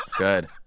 good